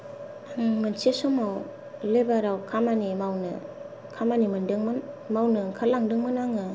आं मोनसे समाव लेबाराव खामानि मावनो खामानि मोनदोंमोन खामानि मावनो ओंखारलांदोंमोन आङो